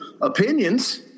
opinions